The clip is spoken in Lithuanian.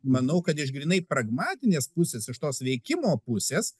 manau kad iš grynai pragmatinės pusės iš tos veikimo pusės